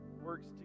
works